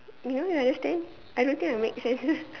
you know you understand I don't think I make sense